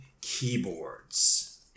Keyboards